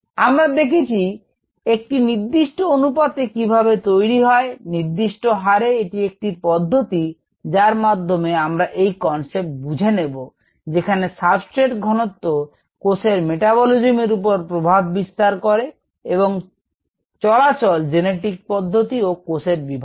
আমরা দেখেছি একটি নির্দিষ্ট অনুপাতে কিভাবে তৈরি হয় নির্দিষ্ট হারে এটি একটি পদ্ধতি যার মাধ্যমে আমরা এই কনসেপ্টে বুঝে নেব যেখানে সাবস্ট্রেট ঘনত্ব কোষের মেটাবোলিজম এর উপর প্রভাব বিস্তার করে এবং চলাচল জেনেটিক পদ্ধতি আর কোষের বিভাজন